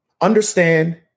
Understand